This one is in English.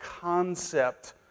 concept